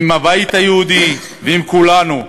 עם הבית היהודי ועם כולנו,